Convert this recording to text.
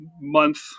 month